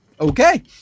okay